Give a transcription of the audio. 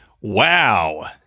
wow